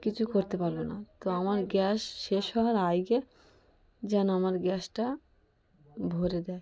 কিছু করতে পারব না তো আমার গ্যাস শেষ হওয়ার আগে যেন আমার গ্যাসটা ভরে দেয়